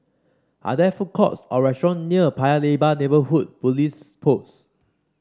are there food courts or restaurant near Paya Lebar Neighbourhood Police Post